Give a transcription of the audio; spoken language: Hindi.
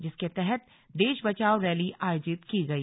जिसके तहत देश बचाओ रैली आयोजित की गई